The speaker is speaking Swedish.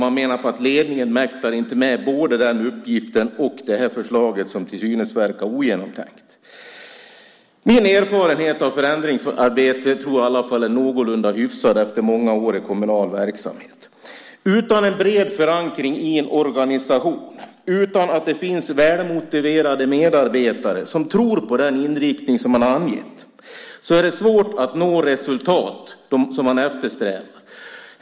Man menar att ledningen inte mäktar med både den uppgiften och det förslag som till synes är ogenomtänkt. Jag tror att min erfarenhet av förändringsarbete är någorlunda hyfsad efter många år i kommunal verksamhet. Utan en bred förankring i en organisation och utan att det finns välmotiverade medarbetare som tror på den inriktning som man har angett är det svårt att nå de resultat man eftersträvar.